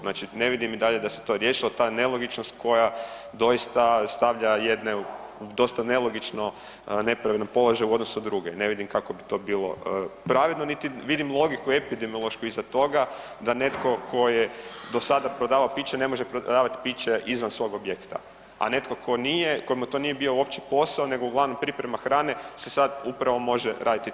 Znači, ne vidim i dalje da se riješila ta nelogičnost koja doista stavlja jedne u dosta nelogično nepravilan položaj u odnosu na druge, ne vidim kako bi to bilo pravedno niti vidim logiku epidemiološku iza toga, da netko tko je dosada prodavao piće, ne može prodavati izvan svog objekta a netko tko nije, kome to nije uopće bio posao nego uglavnom priprema hrane se sad upravo može raditi i to.